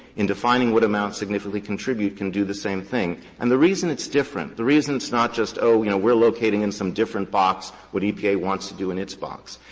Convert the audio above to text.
in defining what amounts significantly contribute, can do the same thing. and the reason it's different, the reason it's not just, oh, you know we're locating it in some different box what epa wants to do in its box,